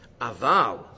Aval